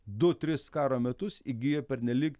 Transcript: du tris karo metus įgyjo pernelyg